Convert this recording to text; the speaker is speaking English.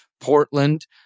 Portland